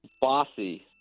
Bossy